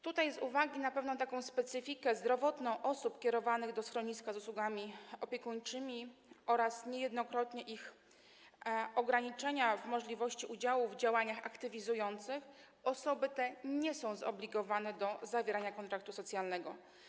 Tutaj z uwagi na pewnego rodzaju specyfikę zdrowotną osób kierowanych do schroniska z usługami opiekuńczymi oraz niejednokrotnie ich ograniczenia, jeśli chodzi o możliwość udziału w działaniach aktywizujących, osoby te nie są zobligowane do zawierania kontraktu socjalnego.